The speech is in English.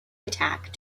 attack